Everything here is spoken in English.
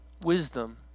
wisdom